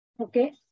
okay